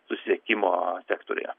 susisiekimo sektoriuje